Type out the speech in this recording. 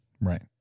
Right